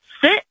sit